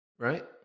Right